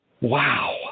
Wow